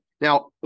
Now